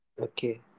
Okay